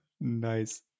Nice